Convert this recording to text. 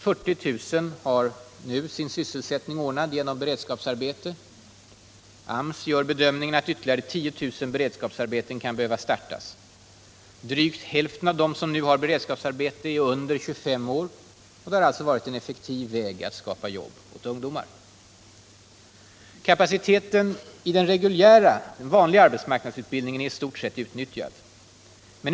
40 000 personer har sin sysselsättning ordnad genom beredskapsarbete. AMS gör bedömningen att ytterligare 10 000 beredskapsarbeten kan behövas. Drygt hälften av dem som nu har beredskapsarbete är under 25 år. Det har alltså varit en effektiv väg att skapa jobb åt ungdomar. Kapaciteten i den reguljära arbetsmarknadsutbildningen är i stort sett utnyttjad.